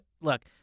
look